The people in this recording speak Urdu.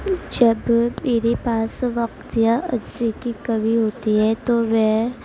جب میرے پاس وقت یا عرصے کی کمی ہوتی ہے تو میں